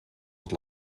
het